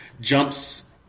jumps